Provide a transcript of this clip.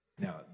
Now